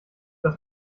das